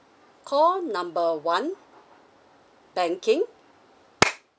call number one banking